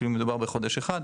אפילו אם מדובר בחודש אחד,